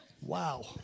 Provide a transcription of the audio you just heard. Wow